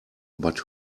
but